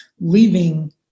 leaving